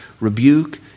rebuke